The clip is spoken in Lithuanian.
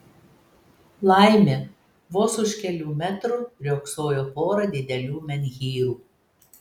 laimė vos už kelių metrų riogsojo pora didelių menhyrų